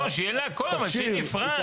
לא, שיהיה לכל, אבל שיהיה נפרד.